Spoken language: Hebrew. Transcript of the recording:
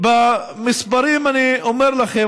ובמספרים אני אומר לכם,